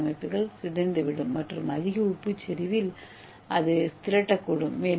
ஏ கட்டமைப்புகள் சிதைந்துவிடும் மற்றும் அதிக உப்பு செறிவில் அது திரட்டக்கூடும்